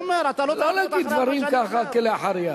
לא להגיד דברים ככה כלאחר יד.